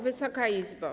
Wysoka Izbo!